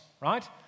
right